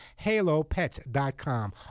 halopets.com